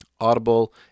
Audible